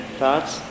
thoughts